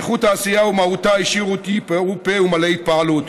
ואיכות העשייה ומהותה השאירו אותי פעור פה ומלא התפעלות,